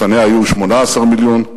לפניה היו 18 מיליון.